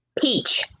Peach